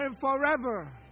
forever